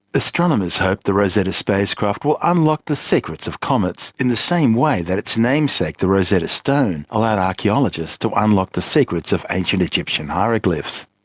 astronomers hope the rosetta spacecraft will unlock the secrets of comets, in the same way that its namesake, the rosetta stone, allowed archaeologists to unlock the secrets of ancient egyptian hieroglyphs.